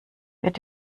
wird